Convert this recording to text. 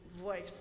voice